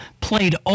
played